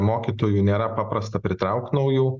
mokytojų nėra paprasta pritraukt naujų